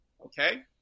Okay